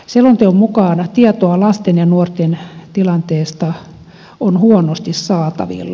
selonteon mukaan tietoa lasten ja nuorten tilanteesta on huonosti saatavilla